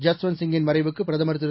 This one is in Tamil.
ஜஸ்வந்த்சிங்கின் மறைவுக்கு பிரதமர் திரு